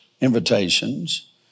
invitations